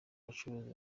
bacuruzi